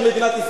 אז תתבע אותי.